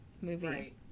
movie